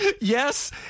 Yes